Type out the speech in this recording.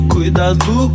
Cuidado